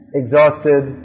exhausted